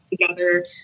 together